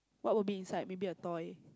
what would be inside maybe a toy